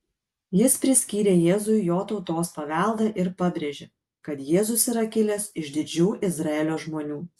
jis priskyrė jėzui jo tautos paveldą ir pabrėžė kad jėzus yra kilęs iš didžių izraelio žmonių